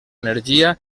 energia